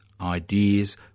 ideas